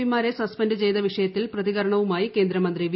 പിമാരെ suspend ചെയ്ത വിഷയത്തിൽ പ്രതികരണവുമായി കേന്ദ്രമന്ത്രി വി